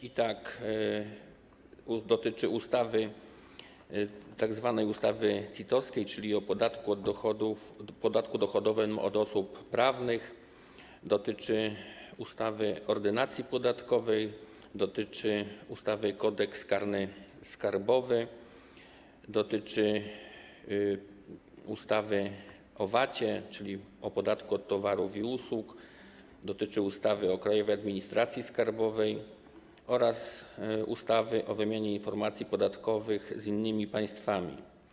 I tak dotyczy tzw. ustawy CIT-owskiej, czyli o podatku dochodowym od osób prawnych, dotyczy ustawy - Ordynacja podatkowa, dotyczy ustawy - Kodeks karny skarbowy, dotyczy ustawy o VAT, czyli o podatku od towarów i usług, dotyczy ustawy o Krajowej Administracji Skarbowej oraz ustawy o wymianie informacji podatkowych z innymi państwami.